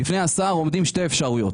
בפני השר עומדים שתי אפשרויות: